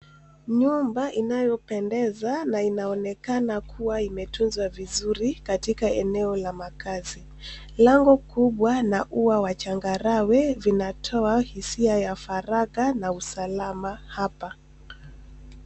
Nyumba inayopendeza na inaonekana kuwa imetunzwa vizuri katika eneo la makazi. Lango kubwa na ua wa changarawe vinatoa hisia ya faragha na usalama hapa.